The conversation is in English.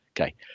Okay